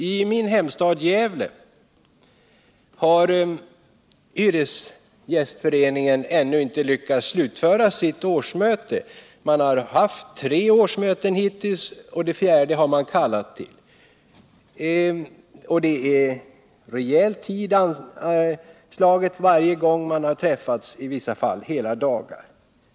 I min hemstad Gävle har hyresgästföreningen ännu inte lyckats slutföra sitt årsmöte. Man har haft tre årsmöten hittills, och det fjärde har man kallat till. Rejäl tid är anslagen varje gång man träffas, i vissa fall hela dagen.